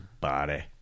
body